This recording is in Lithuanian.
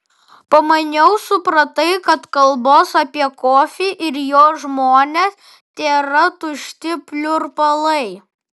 pamaniau supratai kad kalbos apie kofį ir jo žmones tėra tušti pliurpalai